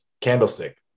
Candlestick